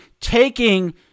taking